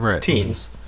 teens